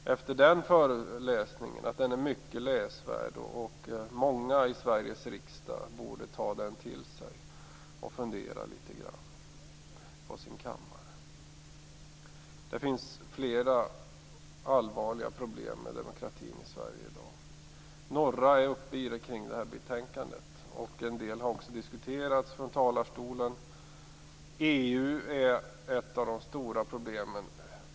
Efter den föreläsningen tror jag att den är mycket läsvärd. Många i Sveriges riksdag borde ta den till sig och fundera litet grand på sin kammare. Det finns flera allvarliga problem med demokratin i Sverige i dag. Några tas upp i det här betänkandet, och en del har också diskuterats från talarstolen. EU är ett av de stora problemen.